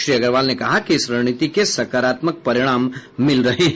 श्री अग्रवाल ने कहा कि इस रणनीति के सकारात्मक परिणाम मिल रहे हैं